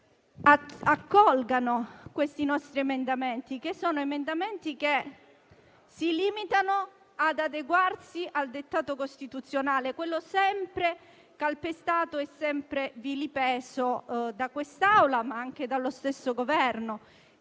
accolgano i nostri emendamenti che si limitano ad adeguarsi al dettato costituzionale, quello sempre calpestato e vilipeso da quest'Aula, ma anche dallo stesso Governo